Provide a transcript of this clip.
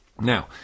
Now